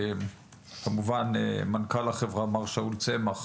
כמובן מנכ"ל החברה מר שאול צמח